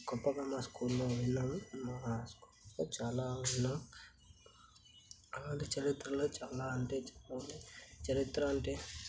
గొప్పగా మా స్కూల్లో విన్నాను మా స్కూల్లో చాలా విన్న అలాంటి చరిత్రలు చాలా అంటే చాలా ఉన్నాయి చరిత్ర అంటే